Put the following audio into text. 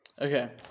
Okay